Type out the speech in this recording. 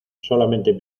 solamente